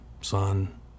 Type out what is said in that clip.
son